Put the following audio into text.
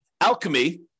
alchemy